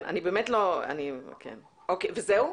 וזהו?